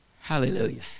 Hallelujah